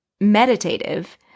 meditative